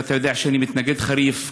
ואתה יודע שאני מתנגד חריף,